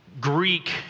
Greek